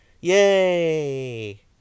Yay